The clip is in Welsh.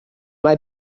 mae